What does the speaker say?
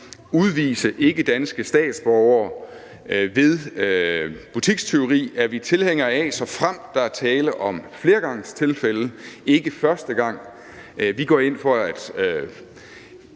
udvise ikkedanske statsborgere ved butikstyveri, er vi tilhængere af, såfremt der er tale om fleregangstilfælde, ikke første gang. Vi går ind for, at